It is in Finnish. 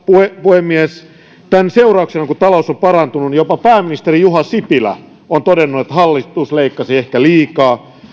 puhemies sen seurauksena kun talous on parantunut jopa pääministeri juha sipilä on todennut että hallitus leikkasi ehkä liikaa